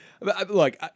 Look